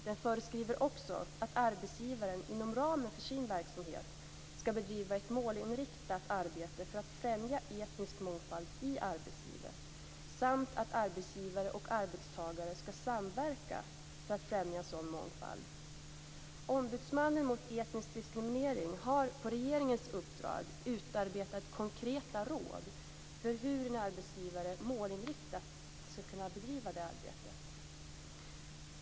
Den föreskriver också att arbetsgivaren inom ramen för sin verksamhet skall bedriva ett målinriktat arbete för att främja etnisk mångfald i arbetslivet samt att arbetsgivare och arbetstagare skall samverka för att främja sådan mångfald. Ombudsmannen mot etnisk diskriminering har på regeringens uppdrag utarbetat konkreta råd för hur en arbetsgivares målinriktade arbete skall kunna bedrivas.